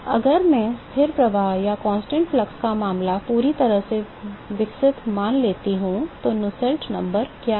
अगर मैं स्थिर प्रवाह का मामला पूरी तरह से विकसित मान लेता हूं तो नुसेल्ट संख्या क्या है